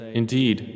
indeed